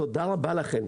תודה רבה לכן.